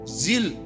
zeal